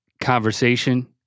conversation